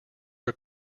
are